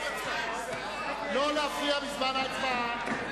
ההצעה להסיר מסדר-היום את הצעת חוק עבודת נשים (תיקון,